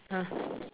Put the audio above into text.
ah